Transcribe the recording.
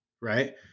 right